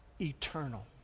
eternal